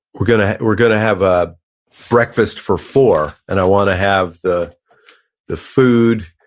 we're gonna we're gonna have a breakfast for four, and i wanna have the the food,